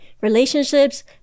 relationships